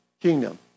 kingdom